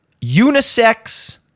unisex